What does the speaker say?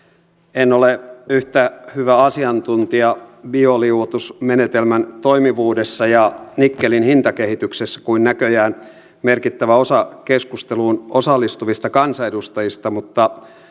en ole yhtä hyvä asiantuntija bioliuotusmenetelmän toimivuudessa ja nikkelin hintakehityksessä kuin näköjään merkittävä osa keskusteluun osallistuvista kansanedustajista mutta